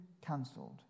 cancelled